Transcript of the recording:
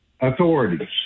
authorities